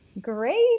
Great